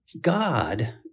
God